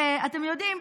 אתם יודעים,